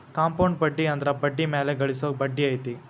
compound ಬಡ್ಡಿ ಅಂದ್ರ ಬಡ್ಡಿ ಮ್ಯಾಲೆ ಗಳಿಸೊ ಬಡ್ಡಿ ಐತಿ